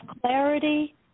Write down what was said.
clarity